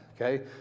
okay